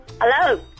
Hello